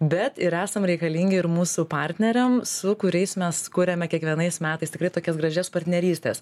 bet ir esam reikalingi ir mūsų partneriam su kuriais mes kuriame kiekvienais metais tikrai tokias gražias partnerystes